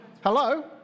Hello